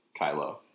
Kylo